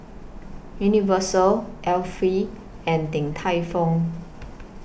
Universal Alpen and Din Tai Fung